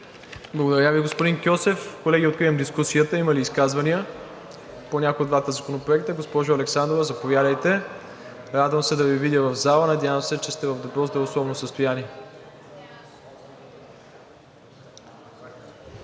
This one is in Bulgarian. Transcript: Благодаря Ви, господин Кьосев. Колеги, откривам дискусията. Има ли изказвания по някой от двата законопроекта? Госпожо Александрова, заповядайте. Радвам се да Ви видя в залата и се надявам, че сте в добро здравословно състояние.